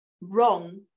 wrong